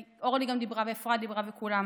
כי גם אורלי דיברה ואפרת דיברה וכולם.